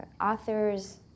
authors